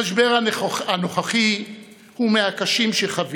המשבר הנוכחי הוא מהקשים שחווינו,